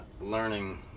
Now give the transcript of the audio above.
learning